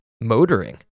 motoring